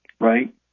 right